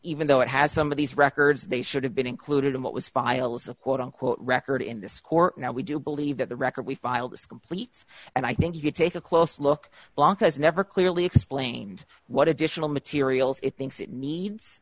even though it has some of these records they should have been included in what was files of quote unquote record in this court now we do believe that the record we filed is complete and i think if you take a close look blank has never clearly explained what additional materials it thinks it needs